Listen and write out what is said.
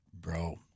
bro